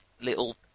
little